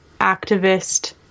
activist